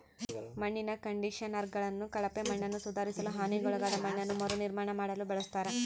ಮಣ್ಣಿನ ಕಂಡಿಷನರ್ಗಳನ್ನು ಕಳಪೆ ಮಣ್ಣನ್ನುಸುಧಾರಿಸಲು ಹಾನಿಗೊಳಗಾದ ಮಣ್ಣನ್ನು ಮರುನಿರ್ಮಾಣ ಮಾಡಲು ಬಳಸ್ತರ